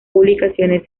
publicaciones